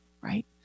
Right